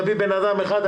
יביא אדם אחד,